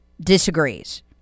disagrees